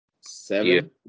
Seven